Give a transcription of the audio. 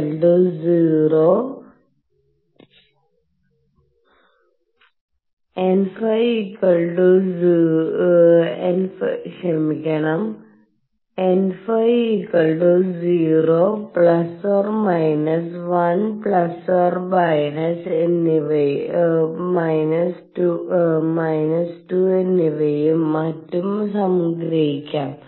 ± 1 ± 2 എന്നിവയും മറ്റും സംഗ്രഹിക്കാം